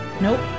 Nope